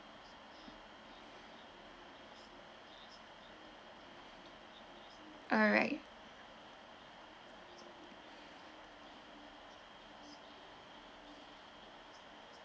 alright